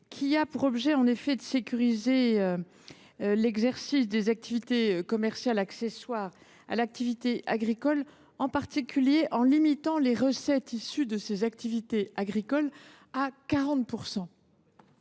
le rapporteur vise à sécuriser l’exercice des activités commerciales accessoires à l’activité agricole, en particulier en limitant les recettes issues des activités non agricoles à 40